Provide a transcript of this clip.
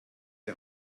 die